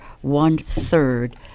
one-third